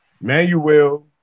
Manuel